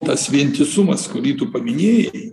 tas vientisumas kurį tu paminėjai